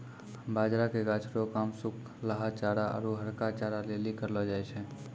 बाजरा के गाछ रो काम सुखलहा चारा आरु हरका चारा लेली करलौ जाय छै